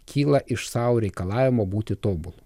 kyla iš sau reikalavimo būti tobulu